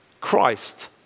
Christ